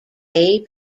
bay